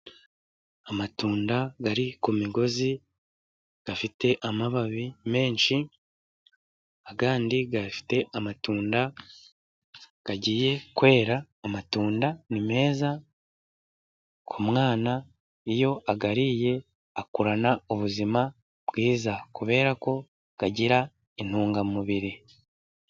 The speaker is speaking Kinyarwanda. Amatunda ari ku migozi afite amababi menshi, ayandi afite amatunda agiye kwera. Amatunda ni meza ku mwana. Iyo ayariye akurana ubuzima bwiza, kubera ko agira intungamubiri.